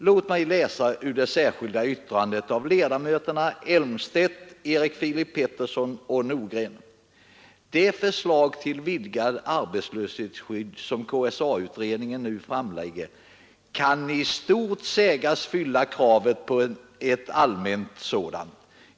Låt mig läsa ur det särskilda yttrandet av ledamöterna Elmstedt, Erik Filip Petersson och Nordgren: ”Det förslag till vidgat arbetslöshetsskydd som KSA-utredningen nu framlägger kan i stort sägas fylla kravet på ett allmänt sådant.